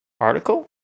Article